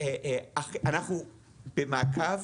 אנחנו במעקב,